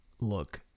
look